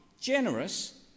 generous